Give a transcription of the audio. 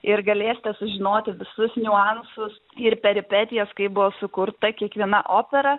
ir galėsite sužinoti visus niuansus ir peripetijas kaip buvo sukurta kiekviena opera